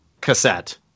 cassette